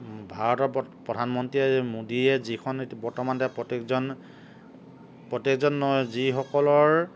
ভাৰতৰ প প্ৰধানমন্ত্ৰীয়ে মোডীয়ে যিখন তেওঁ বৰ্তমান এতিয়া প্ৰত্যেকজন প্ৰত্যেকজন নহয় যিসকলৰ